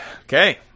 Okay